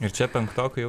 ir čia penktokai